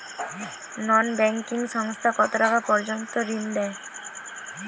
নন banking সংস্থা কতটাকা পর্যন্ত ঋণ দেয়?